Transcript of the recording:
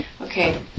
Okay